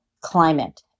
climate